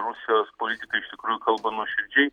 rusijos politikai iš tikrųjų kalba nuoširdžiai